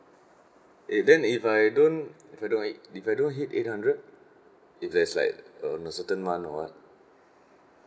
if then if I don't if I don't hit if I don't hit eight hundred if there's like on a certain month or what